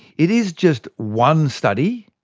it is just one study,